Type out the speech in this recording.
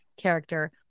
character